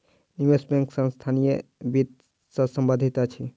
निवेश बैंक संस्थानीय वित्त सॅ संबंधित अछि